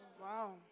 Wow